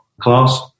class